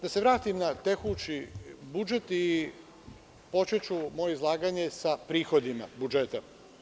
Da se vratim na tekući budžet i počeću moje izlaganje sa prihodima budžeta.